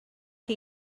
chi